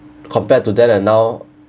compared to that and now